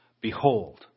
...behold